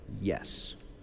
yes